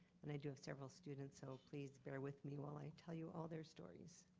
and i do have several students, so please bear with me while i tell you all their stories.